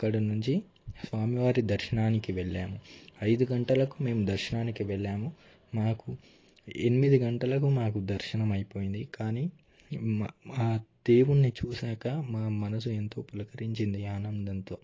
అక్కడ నుంచి స్వామి వారి దర్శనానికి వెళ్ళాము అయిదు గంటలకు మేము దర్శనానికి వెళ్ళాము మాకు ఎనిమిది గంటలకు మాకు దర్శనం అయిపోయింది కానీ మా మా దేవుడిని చూసాక మా మనసు ఎంతో పులకరించింది ఆనందంతో